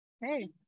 Hey